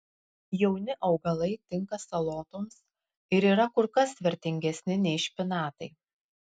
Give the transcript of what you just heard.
jauni augalai tinka salotoms ir yra kur kas vertingesni nei špinatai